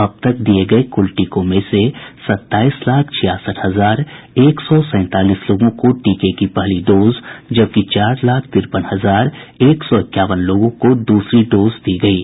अब तक दिये गये कुल टीकों में से सत्ताईस लाख छियासठ हजार एक सौ सैंतालीस लोगों को टीके की पहली डोज जबकि चार लाख तिरपन हजार एक सौ इक्यावन लोगों को दूसरी डोज दी गयी है